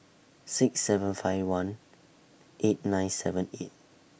six seven five one eight nine seven eight